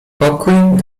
pokój